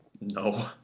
no